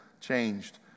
changed